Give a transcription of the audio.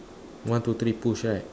one two three push right